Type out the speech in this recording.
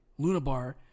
Lunabar